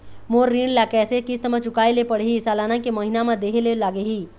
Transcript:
मोर ऋण ला कैसे किस्त म चुकाए ले पढ़िही, सालाना की महीना मा देहे ले लागही?